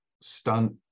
stunt